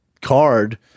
card